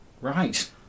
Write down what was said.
Right